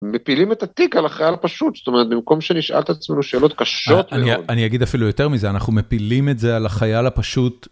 מפעילים את התיק על החייל הפשוט זאת אומרת במקום שנשאלת את עצמנו שאלות קשות אני אני אגיד אפילו יותר מזה אנחנו מפילים את זה על החייל הפשוט.